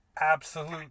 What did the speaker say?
absolute